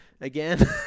Again